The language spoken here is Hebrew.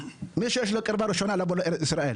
מי שיש לו קרבה ראשונה לבוא לישראל,